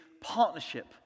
partnership